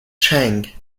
sheng